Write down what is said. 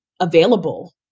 available